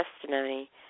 testimony